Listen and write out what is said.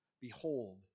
Behold